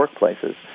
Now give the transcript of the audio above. workplaces